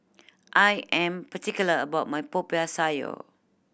I am particular about my Popiah Sayur